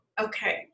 okay